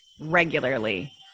regularly